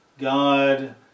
God